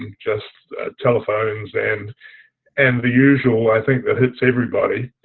just telephones and and the usual i think that hits everybody,